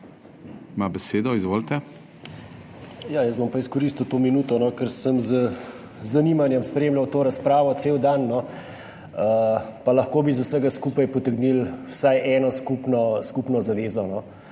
(PS SDS):** Ja, jaz bom pa izkoristil to minuto, ker sem z zanimanjem spremljal to razpravo cel dan, no, pa lahko bi iz vsega skupaj potegnili vsaj eno skupno, skupno